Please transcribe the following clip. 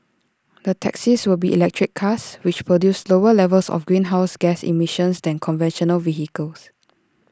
the taxis will be electric cars which produce lower levels of greenhouse gas emissions than conventional vehicles